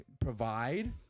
provide